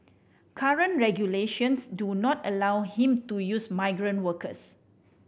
current regulations do not allow him to use migrant workers